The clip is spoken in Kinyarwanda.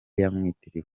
yamwitiriwe